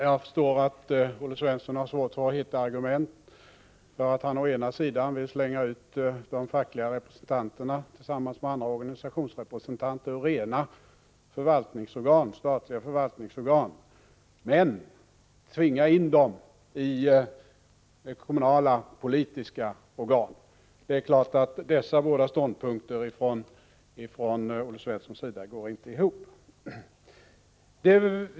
Jag förstår att Olle Svensson har svårt att hitta argument när han å ena sidan vill slänga ut de fackliga representanterna tillsammans med andra organisationsrepresentanter ur rena statliga förvaltningsorgan men å andra sidan vill tvinga in dem i kommunala politiska organ. Det är klart att dessa båda ståndpunkter inte går ihop.